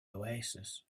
oasis